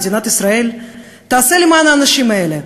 מדינת ישראל תעשה למען האנשים האלה,